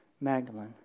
Magdalene